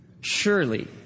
Surely